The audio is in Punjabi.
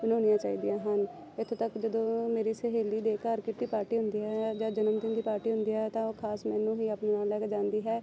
ਬਣਾਉਣੀਆਂ ਚਾਹੀਦੀਆਂ ਹਨ ਇੱਥੋਂ ਤੱਕ ਜਦੋਂ ਮੇਰੀ ਸਹੇਲੀ ਦੇ ਘਰ ਕਿਟੀ ਪਾਰਟੀ ਹੁੰਦੀ ਹੈ ਜਾਂ ਜਨਮਦਿਨ ਦੀ ਪਾਰਟੀ ਹੁੰਦੀ ਹੈ ਤਾਂ ਉਹ ਖ਼ਾਸ ਮੈਨੂੰ ਹੀ ਆਪਣੇ ਲੈ ਕੇ ਜਾਂਦੀ ਹੈ